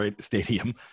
Stadium